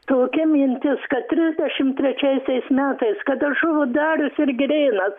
tokia mintis kad trisdešimt trečiaisiais metais kada žuvo darius ir girėnas